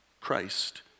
Christ